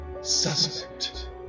suspect